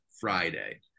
Friday